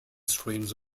strains